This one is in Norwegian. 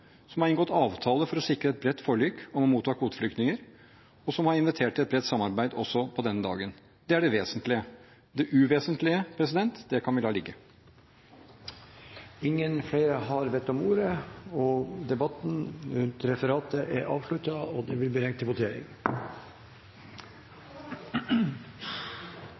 som har inngått avtaler for å sikre et bredt forlik om å motta kvoteflyktninger, og som har invitert til et bredt samarbeid også på denne dagen. Det er det vesentlige. Det uvesentlige kan vi la ligge. Flere har ikke bedt om ordet.